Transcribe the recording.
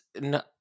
no